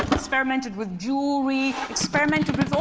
experimented with jewelry. experimented with all